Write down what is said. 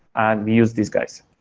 and we use these guys.